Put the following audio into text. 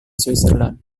switzerland